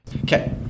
Okay